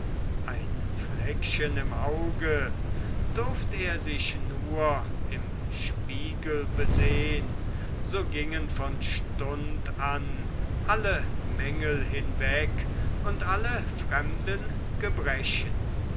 ein fleckchen im auge durft er sich nur im spiegel besehn so gingen von stund an alle mängel hinweg und alle fremden gebrechen